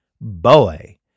boy